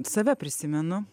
save prisimenu